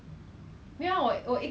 then I got my license